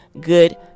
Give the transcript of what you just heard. good